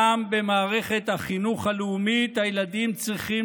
גם במערכת החינוך הלאומית הילדים צריכים